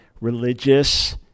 religious